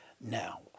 Now